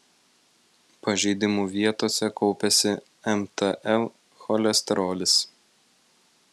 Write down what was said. pažeidimų vietose kaupiasi mtl cholesterolis